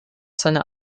seine